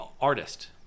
artist